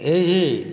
ଏହି